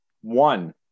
one